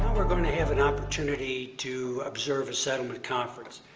um we're going to have an opportunity to observe a settlement conference.